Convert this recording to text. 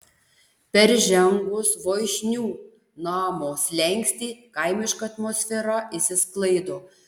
peržengus voišnių namo slenkstį kaimiška atmosfera išsisklaido